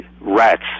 rats